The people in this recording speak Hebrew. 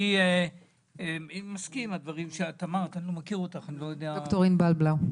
אני מסכים עם הדברים שאת אמרת, ד"ר בלאו.